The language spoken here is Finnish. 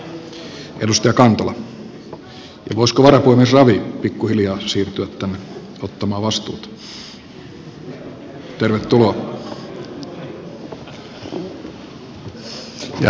voisiko varapuhemies ravi pikku hiljaa siirtyä tänne ottamaan vastuuta